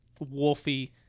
wolfy